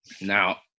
Now